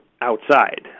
outside